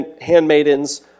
handmaidens